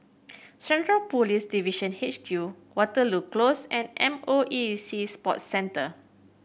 Central Police Division H Q Waterloo Close and M O E Sea Sports Centre